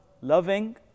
Loving